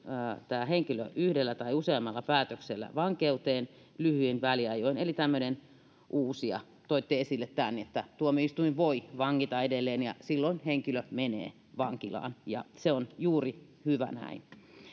tämä henkilö on tuomittu yhdellä tai useammalla päätöksellä vankeuteen lyhyin väliajoin eli on tämmöinen uusija toitte esille tämän että tuomioistuin voi vangita edelleen ja silloin henkilö menee vankilaan ja se on juuri hyvä näin